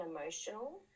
emotional